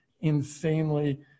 insanely